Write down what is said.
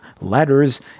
letters